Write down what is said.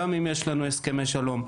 גם אם יש לנו הסכמי שלום.